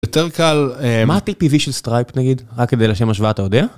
יותר קל, מה הtpv של סטרייפ נגיד, רק כדי לשם השוואה אתה יודע?